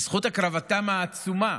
בזכות הקרבתם העצומה